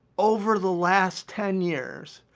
over the last ten years.